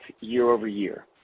year-over-year